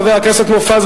חבר הכנסת מופז,